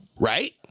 Right